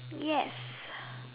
yes